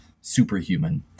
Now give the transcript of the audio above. superhuman